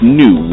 new